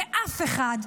אף אחד,